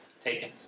Taken